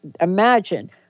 imagine